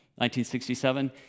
1967